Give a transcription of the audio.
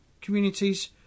communities